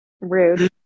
Rude